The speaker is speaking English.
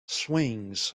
swings